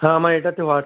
হ্যাঁ আমার এটাতে হোয়াটস